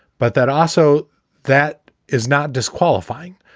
but that also that is not disqualifying.